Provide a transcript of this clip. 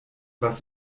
was